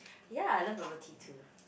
ya I love bubble tea too